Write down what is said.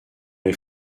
les